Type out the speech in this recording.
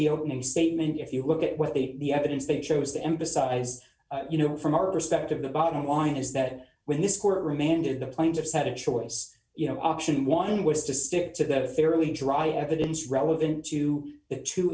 the opening statement if you look at what they the evidence that shows the emphasize you know from our perspective the bottom line is that when this court remanded the plaintiffs had a choice you know option one was to stick to the fairly dry evidence relevant to the two